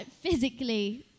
physically